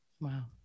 Wow